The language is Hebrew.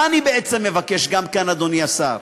מה אני בעצם מבקש גם כאן, אדוני השר?